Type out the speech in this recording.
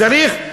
צריך,